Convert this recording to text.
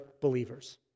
believers